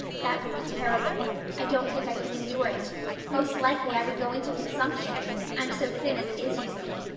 that would be terrible i don't think i could endure it most likely i would go into consumption i'm so thin as it is, you see.